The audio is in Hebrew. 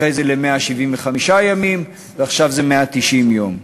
אחרי זה ל-175 ימים, ועכשיו זה 190 יום.